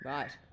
Right